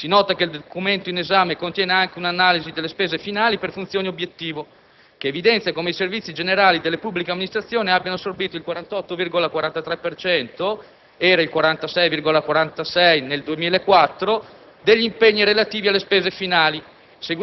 Si nota che il documento in esame contiene anche un'analisi delle spese finali per funzioni-obiettivo, che evidenzia come i servizi generali delle pubbliche amministrazioni abbiano assorbito il 48,43 per cento (era il 46,46 per cento nel 2004) degli impegni relativi alle spese finali,